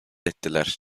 ettiler